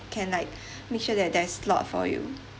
can like make sure that there is slot for you